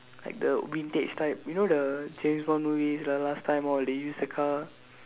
like the vintage type you know the James-Bond's movies the last time all they use the car